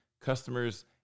customers